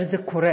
אבל זה קורה.